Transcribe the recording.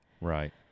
Right